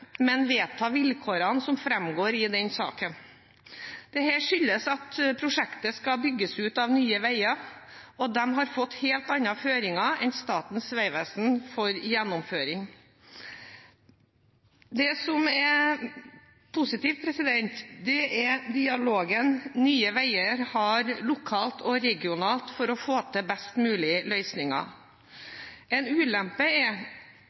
men vedta vilkårene som framgår i den saken. Dette skyldes at prosjektet skal bygges ut av Nye Veier, og de har fått helt andre føringer enn Statens vegvesen for gjennomføring. Det som er positivt, er dialogen Nye Veier har lokalt og regionalt for å få til best mulige løsninger. En ulempe er